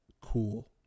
cool